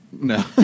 No